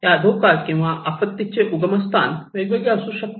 या धोका किंवा आपत्तीचे उगमस्थान वेगवेगळे असू शकते